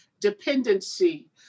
dependency